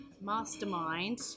mastermind